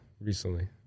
recently